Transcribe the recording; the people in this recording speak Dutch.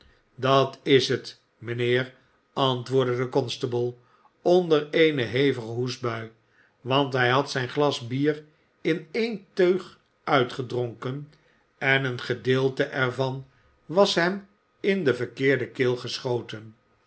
dat is het mijnheer antwoordde de constable onder eene hevige hoestbui want hij had zijn glas bier in ééne teug uitgedronken en een gedeelte er van was hem in de verkeerde keel geschoten